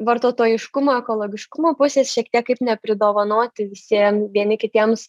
vartotojiškumo ekologiškumo pusės šiek tiek kaip nepridovanoti visiem vieni kitiems